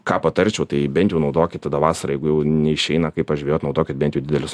ką patarčiau tai bent jau naudokit tada vasarą jeigu jau neišeina kaip pažvejot naudokit bent jau didelius